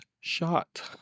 shot